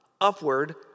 upward